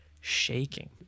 shaking